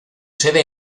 sede